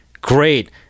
great